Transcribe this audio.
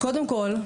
קודם כול,